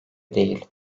değil